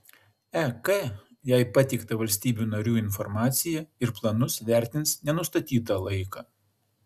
ek jai pateiktą valstybių narių informaciją ir planus vertins nenustatytą laiką